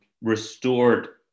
restored